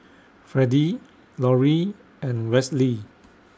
Freddie Lorie and Westley